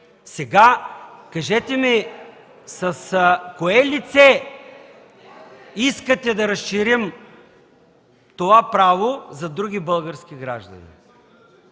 Сега, кажете ми, с кое лице искате да разширим това право за други български граждани,